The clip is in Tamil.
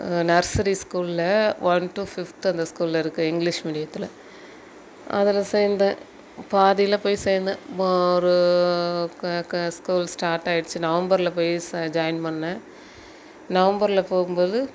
நர்சரி ஸ்கூலில் ஒன் டு ஃபிஃப்த்து அந்த ஸ்கூலில் இருக்குது இங்கிலீஷ் மீடியத்தில் அதில் சேர்ந்தேன் பாதியில் போய் சேர்ந்தேன் ம ஒரு க க ஸ்கூல் ஸ்டார்ட் ஆகிடுச்சி நவம்பரில் போய் ச ஜாயின் பண்ணேன் நவம்பரில் போகும் போது